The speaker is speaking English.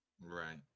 Right